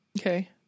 Okay